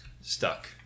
stuck